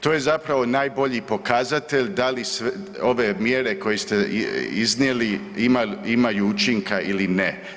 To je zapravo najbolji pokazatelj da li ove mjere koje ste iznijeli imaju učinka ili ne.